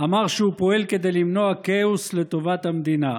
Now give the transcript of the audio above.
אמר שהוא פועל כדי למנוע כאוס לטובת המדינה.